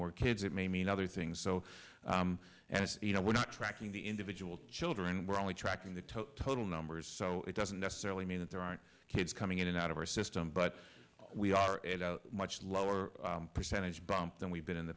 more kids it may mean other things so and you know we're tracking the individual children we're only tracking the top total numbers so it doesn't necessarily mean that there aren't kids coming in and out of our system but we are it out much lower percentage bump than we've been in the